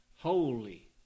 holy